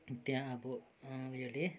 त्यहाँ अब उयोले